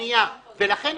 לכן,